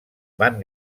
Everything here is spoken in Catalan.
van